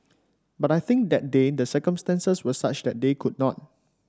but I think that day the circumstances were such that they could not